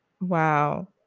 Wow